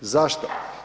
Zašto?